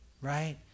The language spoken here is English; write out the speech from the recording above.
right